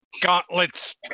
gauntlets